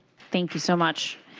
thank you so much.